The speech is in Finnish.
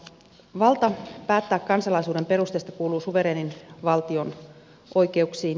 valta päättää kansalaisuuden perusteista kuuluu suvereenin valtion oikeuksiin